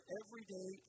everyday